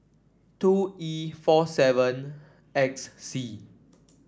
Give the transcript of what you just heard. two E four seven X C